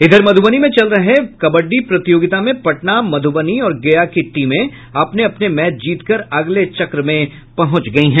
इधर मध्रबनी में चल रहे कबड्डी प्रतियोगिता में पटना मधुबनी और गया की टीम अपने अपने मैच जीत कर अगले चक्र में पहुंच गयी है